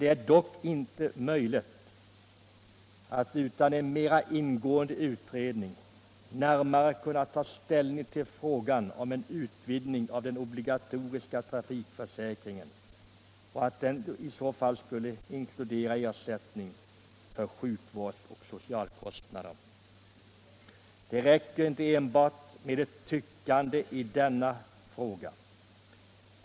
Det är dock inte möjligt att utan en mera ingående utredning ta ställning till frågan om en utvidgning av den obligatoriska trafikförsäkringen, så att den skulle ikläda sig ersättning för sjukvård och socialkostnader. Det räcker inte med ett tyckande i denna fråga.